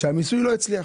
שהמיסוי לא הצליח.